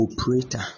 operator